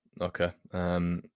Okay